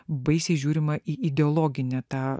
baisiai žiūrima į ideologinę tą